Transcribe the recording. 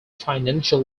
financial